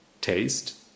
Taste